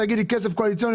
תגיד לי כסף קואליציוני,